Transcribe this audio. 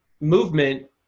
movement